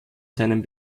seinem